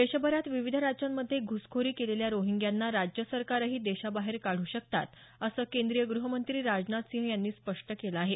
देशभरात विविध राज्यांमध्ये घ्रसखोरी केलेल्या रोहिंग्यांना राज्यसरकारंही देशाबाहेर काढू शकतात असं केंद्रीय गृहमंत्री राजनाथसिंह यांनी स्पष्ट केलं आहे